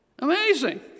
Amazing